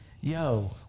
Yo